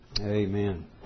Amen